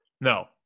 No